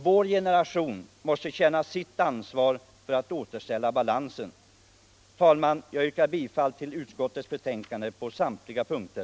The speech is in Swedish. Vår generation måste känna sitt ansvar för att återställa balansen. Herr talman! Jag yrkar bifall till utskottets betänkande på samtliga punkter.